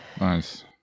Nice